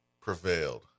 prevailed